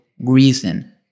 reason